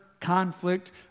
conflict